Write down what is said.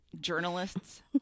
Journalists